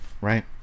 right